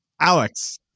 Alex